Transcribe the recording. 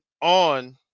on